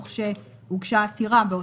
הבנו שבמהלך חודש אוקטובר 2020 התקיימה ישיבה